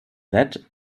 that